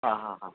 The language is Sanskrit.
हा हा ह